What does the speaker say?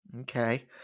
Okay